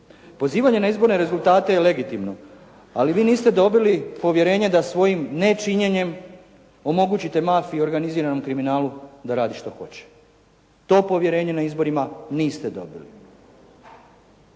Pozivanje na izborne rezultate je legitimno, ali vi niste dobili povjerenje da svojim nečinjenjem omogućite mafiji i organiziranom kriminalu da radi što hoće. To povjerenje na izborima niste dobili.